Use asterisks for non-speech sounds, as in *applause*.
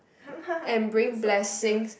*laughs* so obvious